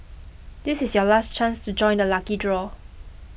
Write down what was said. this is your last chance to join the lucky draw